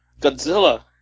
Godzilla